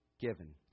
given